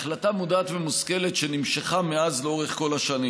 והחלטה מודעת ומושכלת שנמשכה מאז לאורך כל השנים.